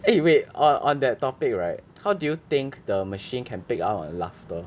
eh wait on that topic right how do you think the machine can pick our laughter